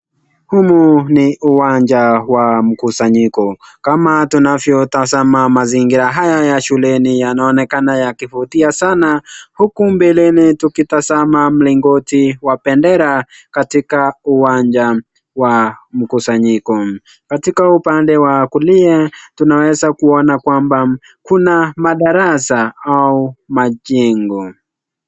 Huu ni uwanja wa mkusanyiko. Kama tunavyo tazama mazingira haya shuleni yanaonekana yakivutia sanaa huku mbeleni tukitazama mlingoti wa bendera katika uwanja wa mkusanyiko. Katika upande wa kulia tunaweza kuona kwamba kuna madarasa ama majengo.